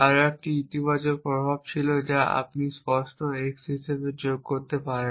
আরও একটি ইতিবাচক প্রভাব ছিল যা আপনি স্পষ্ট x হিসাবে যোগ করতে পারেন